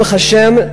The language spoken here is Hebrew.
ברוך השם,